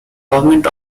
government